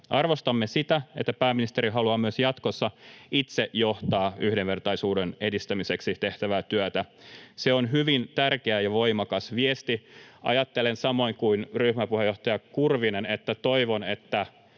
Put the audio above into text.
Arvostamme sitä, että pääministeri haluaa myös jatkossa itse johtaa yhdenvertaisuuden edistämiseksi tehtävää työtä. Se on hyvin tärkeä ja voimakas viesti. Ajattelen samoin kuin ryhmänjohtaja Kurvinen, että toivon, että